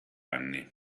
anni